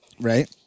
Right